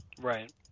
Right